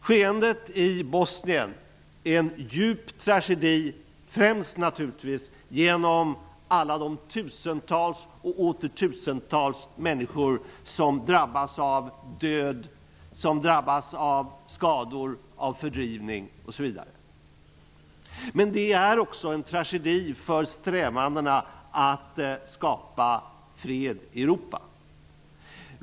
Skeendet i Bosnien är en djup tragedi, främst naturligtvis genom alla de tusentals och åter tusentals människor som drabbas av död, skador eller fördrivning. Det är också en tragedi för strävandena att skapa fred i Europa.